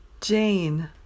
Jane